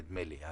נדמה לי.